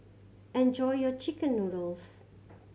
enjoy your chicken noodles